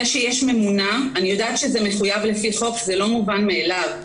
זה שיש ממונה אני יודעת שזה מחויב לפי חוק זה לא מובן מאליו.